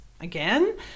Again